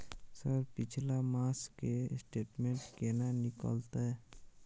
Sir पिछला मास के स्टेटमेंट केना निकलते?